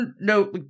no